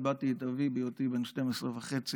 איבדתי את אבי בהיותי בן 12 וחצי